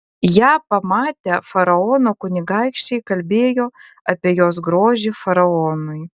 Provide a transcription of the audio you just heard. ją pamatę faraono kunigaikščiai kalbėjo apie jos grožį faraonui